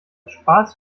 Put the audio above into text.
spaß